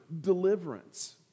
deliverance